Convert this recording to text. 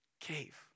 cave